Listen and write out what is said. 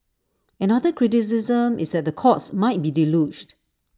another criticism is that the courts might be deluged